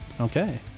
Okay